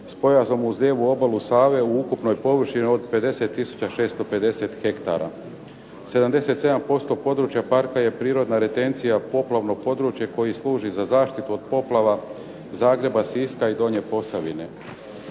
s pojasom uz lijevu obale Save u ukupnoj površini od 50650 hektara. 77% područja parka je prirodna retencija poplavnog područja koji služi za zaštitu od poplava Zagreba, Siska i donje Posavine.